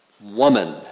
Woman